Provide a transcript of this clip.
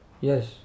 Yes